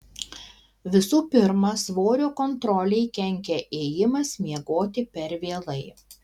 visų pirma svorio kontrolei kenkia ėjimas miegoti per vėlai